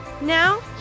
Now